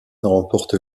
remporte